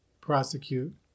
prosecute